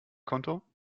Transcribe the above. konto